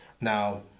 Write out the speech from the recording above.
Now